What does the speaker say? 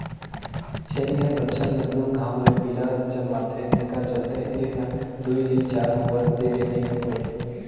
छेरी हर बच्छर में दू घांव ले पिला जनमाथे तेखर चलते ए हर दूइ ले चायर होवत देरी नइ होय